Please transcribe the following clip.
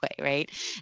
Right